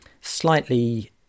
slightly